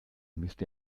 müsst